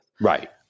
Right